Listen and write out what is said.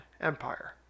Empire